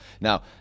now